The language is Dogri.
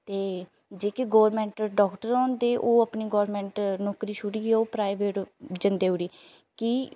ते जेह्के गौरमेंट डॉक्टर होंदे ओह् अपनी गौरमेंट नौकरी छुड़ियै ओह् प्राइवेट जंदे ओड़ी कि